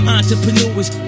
Entrepreneurs